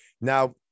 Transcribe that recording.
now